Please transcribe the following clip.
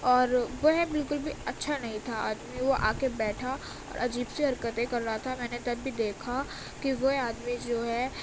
اور وہ بالکل بھی اچھا نہیں تھا آدمی وہ آ کے بیٹھا اور عجیب سی حرکتیں کر رہا تھا میں نے تبھی دیکھا کہ وہ آدمی جو ہے